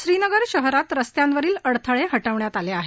श्रीनगर शहरात रस्त्यांवरील अडथळे हटवण्यात आले आहेत